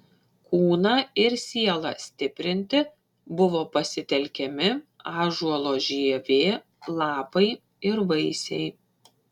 kūną ir sielą stiprinti buvo pasitelkiami ąžuolo žievė lapai ir vaisiai